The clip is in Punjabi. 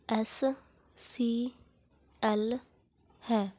ਐਸ ਸੀ ਐਲ ਹੈ